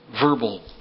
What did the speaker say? verbal